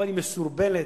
היא מסורבלת,